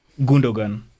Gundogan